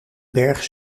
berg